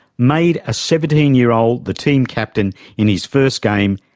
made a seventeen year old the team captain in his first game,